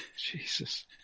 Jesus